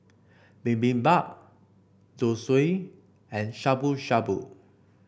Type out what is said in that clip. Bibimbap Zosui and Shabu Shabu